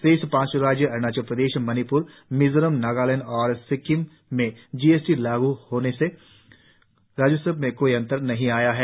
शेष पांच राज्यों अरुणाचल प्रदेश मणिप्र मिजोरम नगालैंड और सिक्किम में जीएसटी लागू हो जाने के कारण राजस्व का अंतर नहीं है